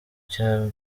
cya